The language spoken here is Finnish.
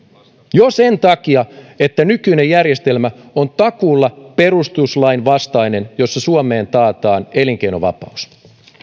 jo sen takia että nykyinen järjestelmä on takuulla perustuslain vastainen jossa suomeen taataan elinkeinovapaus